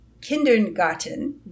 kindergarten